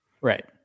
right